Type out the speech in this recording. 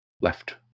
left